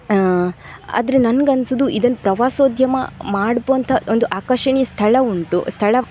ಆದರೆ ನನ್ಗೆ ಅನ್ಸೋದು ಇದನ್ನು ಪ್ರವಾಸೋದ್ಯಮ ಮಾಡುವಂಥ ಒಂದು ಆಕರ್ಷಣೀಯ ಸ್ಥಳ ಉಂಟು ಸ್ಥಳ